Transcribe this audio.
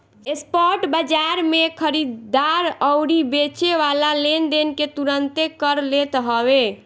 spot बाजार में खरीददार अउरी बेचेवाला लेनदेन के तुरंते कर लेत हवे